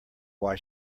why